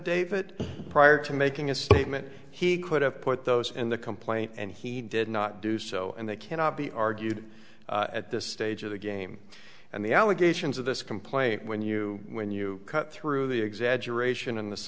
affidavit prior to making a statement he could have put those in the complaint and he did not do so and they cannot be argued at this stage of the game and the allegations of this complaint when you when you cut through the exaggeration and th